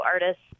artists